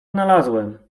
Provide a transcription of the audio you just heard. znalazłem